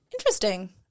Interesting